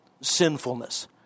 sinfulness